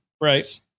Right